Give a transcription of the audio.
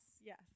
yes